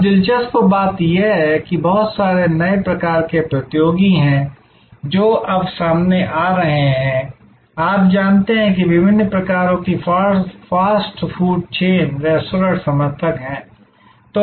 अब दिलचस्प बात यह है कि बहुत सारे नए प्रकार के प्रतियोगी हैं जो अब सामने आ रहे हैं आप जानते हैं कि विभिन्न प्रकारों की फास्ट फूड चेन रेस्तरां समर्थक हैं